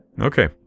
Okay